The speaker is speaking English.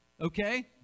Okay